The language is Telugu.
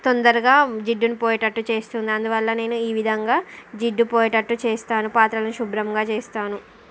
తొందరగా జిడ్డును పోయేటట్టు చేస్తుంది అందువల్ల నేను ఈ విధంగా జిడ్డు పోయేటట్టు చేస్తాను పాత్రలు శుభ్రంగా చేస్తాను